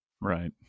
Right